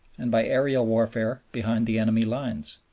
and by aerial warfare behind the enemy lines.